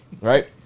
right